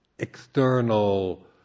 external